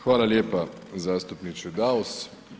Hvala lijepa zastupniče Daus.